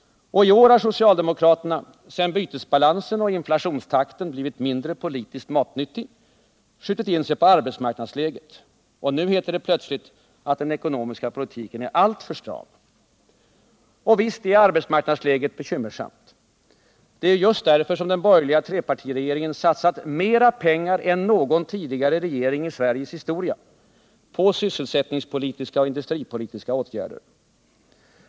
I år har socialdemokraterna — sedan bytesbalansen och inflationstakten blivit mindre politiskt matnyttiga — skjutit in sig på arbetsmarknadsläget. Nu heter det plötsligt att den ekonomiska politiken är alltför stram. Och visst är arbetsmarknadsläget bekymmersamt. Det är ju just därför som den borgerliga trepartiregeringen satsat mera pengar än någon tidigare regering i Sveriges historia på sysselsättningspolitiska och industripolitiska åtgärder.